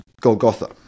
Golgotha